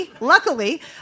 luckily